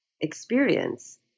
experience